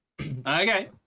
okay